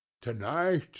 To-night